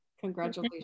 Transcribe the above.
congratulations